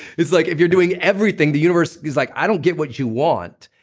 it's like if you're doing everything, the universe is like, i don't get what you want.